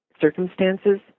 circumstances